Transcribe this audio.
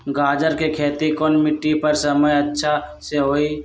गाजर के खेती कौन मिट्टी पर समय अच्छा से होई?